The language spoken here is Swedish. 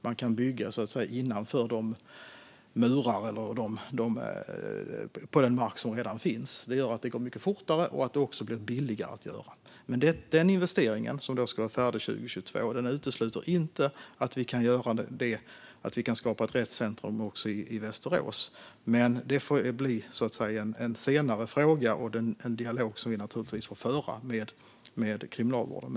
Man kan bygga innanför murarna eller på den mark som redan finns. Detta gör att det går mycket fortare, och det blir också billigare. Denna investering, som ska vara färdig 2022, utesluter inte att vi kan skapa ett rättscentrum också i Västerås, men det får bli en senare fråga och en dialog som vi får föra med Kriminalvården.